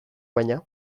baina